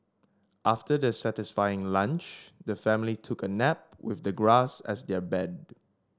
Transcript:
after their satisfying lunch the family took a nap with the grass as their bed